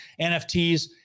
NFTs